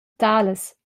talas